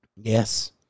Yes